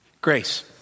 grace